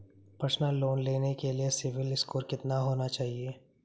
Personal loan लेने के लिए सिबिल स्कोर कितना होना चाहिए?